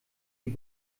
die